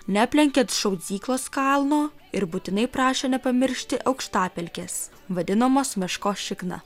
neaplenkiant šaudzyklos kalno ir būtinai prašo nepamiršti aukštapelkės vadinamos meškos šikna